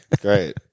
great